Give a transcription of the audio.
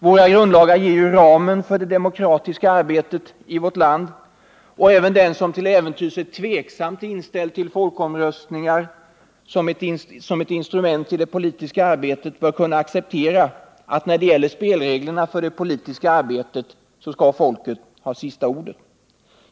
Våra grundlagar ger ju ramen för det demokratiska arbetet i vårt land, och även den som till äventyrs är tveksamt inställd till folkomröstningar som ett instrument i det politiska arbetet bör kunna acceptera att när det gäller spelreglerna för det politiska arbetet skall folket ha sista ordet.